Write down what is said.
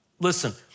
Listen